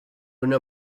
una